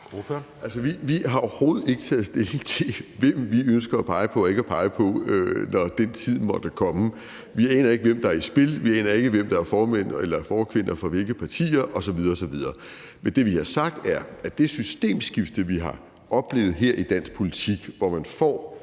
vi har overhovedet ikke taget stilling til, hvem vi ønsker at pege på og ikke pege på, når den tid måtte komme. Vi aner ikke, hvem der er i spil. Vi aner ikke, hvem der er formænd eller forkvinder for hvilke partier osv. osv. Men det, vi har sagt, er, at det systemskifte, vi har oplevet her i dansk politik, hvor man får